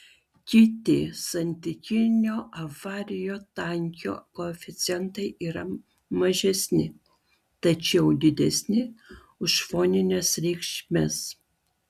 kiti santykinio avarijų tankio koeficientai yra mažesni tačiau didesni už fonines reikšmes